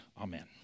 Amen